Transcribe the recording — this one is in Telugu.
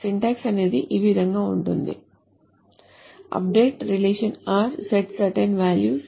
సింటాక్స్ అనేది ఈ విధం గా ఉంటుంది update relation r set certain values set attributes lists మొదలగునవి